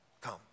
Come